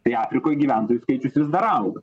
tai afrikoj gyventojų skaičius vis dar auga